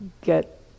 Get